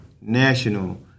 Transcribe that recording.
National